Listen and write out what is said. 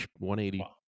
180